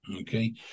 Okay